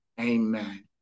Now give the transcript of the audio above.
Amen